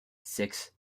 six